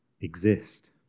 exist